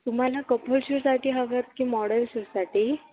तुम्हाला कपल शूटसाठी हवे आहेत की मॉडेल शूटसाठी